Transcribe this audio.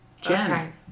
Jen